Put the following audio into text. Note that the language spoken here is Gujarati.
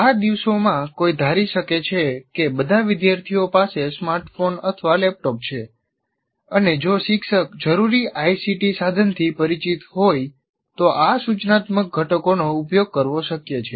આ દિવસોમાં કોઈ ધારી શકે છે કે બધા વિદ્યાર્થીઓ પાસે સ્માર્ટફોન અથવા લેપટોપ છે અને જો શિક્ષક જરૂરી ICT સાધનથી પરિચિત હોય તો આ સૂચનાત્મક ઘટકોનો ઉપયોગ કરવો શક્ય છે